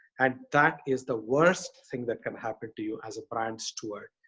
and that is the worst thing that can happen to you as a brand steward.